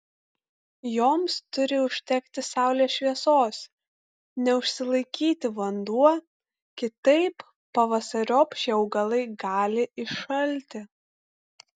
joms turi užtekti saulės šviesos neužsilaikyti vanduo kitaip pavasariop šie augalai gali iššalti